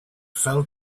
fell